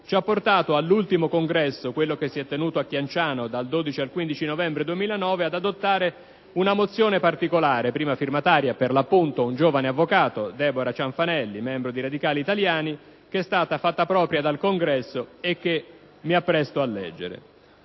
ci ha portato all'ultimo Congresso, quello che si è tenuto a Chianciano dal 12 al 15 novembre 2009, ad adottare una mozione particolare - prima firmataria, per l'appunto, un giovane avvocato, Deborah Cianfanelli, membro di Radicali italiani - che è stata fatta propria dal Congresso e che mi appresto a leggere: